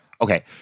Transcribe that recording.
okay